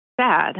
sad